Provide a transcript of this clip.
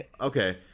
okay